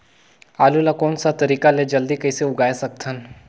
आलू ला कोन सा तरीका ले जल्दी कइसे उगाय सकथन?